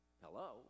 Hello